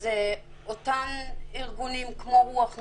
זה אותם ארגונים כמו "רוח נשית"